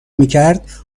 میکرد